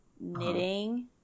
knitting